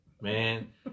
Man